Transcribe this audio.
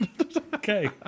Okay